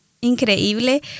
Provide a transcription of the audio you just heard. increíble